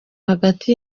hagati